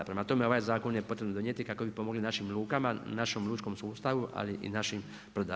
Prema tome, ovaj zakon je potrebno donijeti, kako bi pomogli našim lukama, našom lučkom sustavu, ali i našim brodarima.